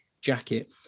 jacket